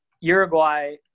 Uruguay